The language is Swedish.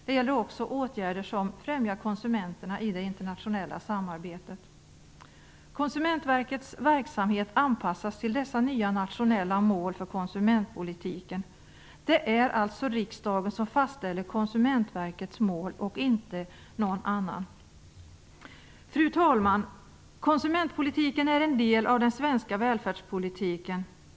Det gäller också åtgärder som stöder konsumenterna i det internationella samarbetet. Konsumentverkets verksamhet anpassas till dessa nya nationella mål för konsumentpolitiken. Det är alltså riksdagen som fastställer Konsumentverkets mål och inte någon annan. Fru talman! Konsumentpolitiken är en del av den svenska välfärdspolitiken.